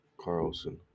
Carlson